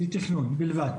לתכנון בלבד.